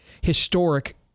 historic